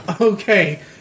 Okay